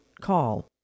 call